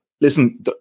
listen